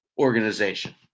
organization